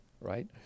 right